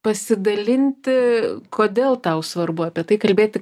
pasidalinti kodėl tau svarbu apie tai kalbėti